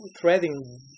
threading